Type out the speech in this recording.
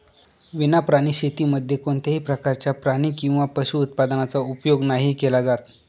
विना प्राणी शेतीमध्ये कोणत्याही प्रकारच्या प्राणी किंवा पशु उत्पादनाचा उपयोग नाही केला जात